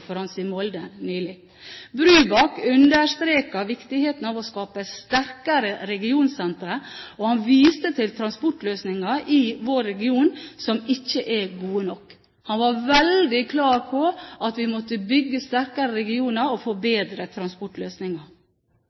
i Molde nylig. Brubakk understreket viktigheten av å skape sterkere regionsentre, og han viste til transportløsninger i vår region som ikke er gode nok. Han var veldig klar på at vi måtte bygge sterkere regioner og få bedre transportløsninger.